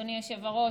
אדוני היושב-ראש.